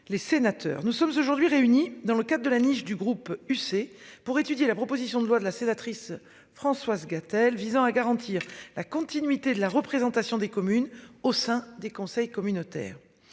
les sénateurs, nous sommes aujourd'hui réunis dans le cadre de la niche du groupe UC pour étudier la proposition de loi de la sénatrice Françoise Gatel visant à garantir la continuité de la représentation des communes au sein des conseils communautaires